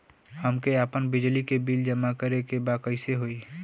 हमके आपन बिजली के बिल जमा करे के बा कैसे होई?